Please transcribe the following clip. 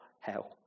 hell